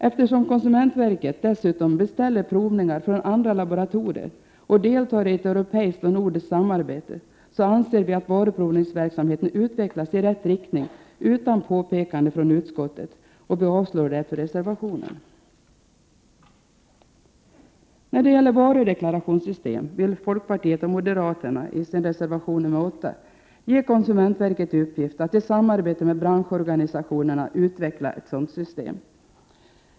Eftersom konsumentverket dessutom beställer provningar från andra laboratorier och deltar i ett europeiskt och nordiskt samarbete anser vi att varuprovningsverksamheten utvecklas i rätt riktning utan påpekande från utskottet, och vi avstyrker därför reservationen. När det gäller varudeklarationssystem vill folkpartiet och moderaterna i reservation nr 8 ge konsumentverket i uppgift att i samarbete med branschorganisationerna utveckla ett sådant system.